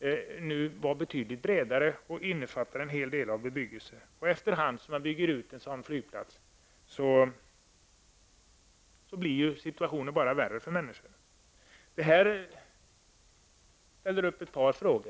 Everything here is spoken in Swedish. är nu betydligt bredare och innefattar en hel del av bebyggelsen. Efter hand som man bygger ut en sådan flygplats blir situationen värre för människorna. Det här ger anledning till ett par krav.